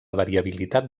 variabilitat